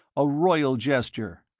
a royal gesture,